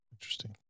Interesting